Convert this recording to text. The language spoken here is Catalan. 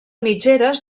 mitgeres